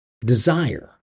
desire